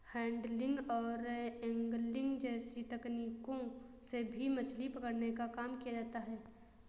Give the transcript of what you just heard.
handling और angling जैसी तकनीकों से भी मछली पकड़ने का काम किया जाता है